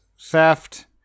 theft